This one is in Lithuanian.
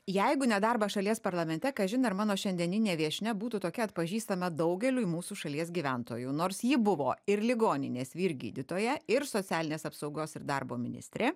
jeigu nedarbas šalies parlamente kažin ar mano šiandieninė viešnia būtų tokia atpažįstama daugeliui mūsų šalies gyventojų nors ji buvo ir ligoninės vyr gydytoja ir socialinės apsaugos ir darbo ministrė